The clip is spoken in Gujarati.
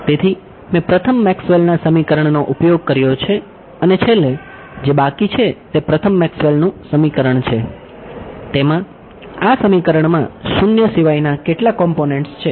તેથી મેં પ્રથમ મેક્સવેલના સમીકરણનો ઉપયોગ કર્યો છે અને છેલ્લે જે બાકી છે તે પ્રથમ મેક્સવેલનું સમીકરણ છે તેમાં આ સમીકરણમાં શૂન્ય સિવાયના કેટલા કોમ્પોનેંટ્સ છે